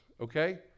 okay